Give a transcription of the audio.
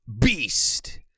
Beast